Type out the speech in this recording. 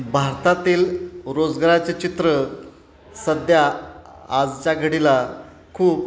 भारतातील रोजगाराचे चित्र सध्या आजच्या घडीला खूप